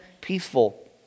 peaceful